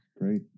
Great